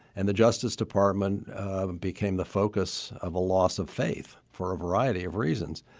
and the justice department became the focus of a loss of faith for a variety of reasons.